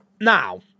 Now